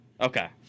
Okay